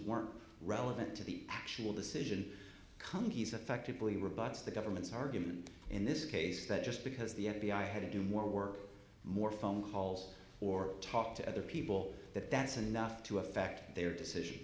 weren't relevant to the actual decision companies affectively rebuts the government's argument in this case is that just because the f b i had to do more work more phone calls or talk to other people that that's enough to affect their decision